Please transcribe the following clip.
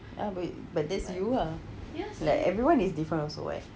ya babe but that's you ah like everyone is different also [what]